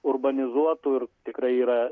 urbanizuotų ir tikrai yra